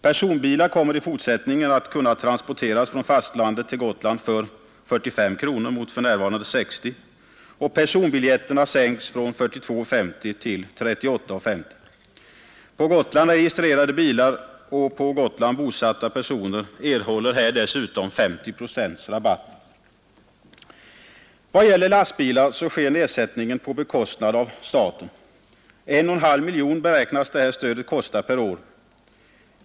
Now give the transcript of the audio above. Personbilar kommer i fortsättningen att kunna transporteras från fastlandet till Gotland för 45 kronor mot för närvarande 60 kronor. Personbiljetten sänks från 42:50 kronor till 38:50 kronor. På Gotland registrerade bilar och bosatta personer erhåller här dessutom 50 procents rabatt. Vad gäller lastbilar sker nedsättningen på bekostnad av staten. 1,5 miljoner kronor beräknas detta stöd kosta per år.